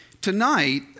Tonight